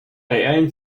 reellen